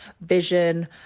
vision